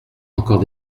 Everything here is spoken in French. encore